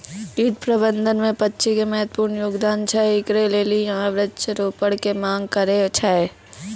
कीट प्रबंधन मे पक्षी के महत्वपूर्ण योगदान छैय, इकरे लेली यहाँ वृक्ष रोपण के मांग करेय छैय?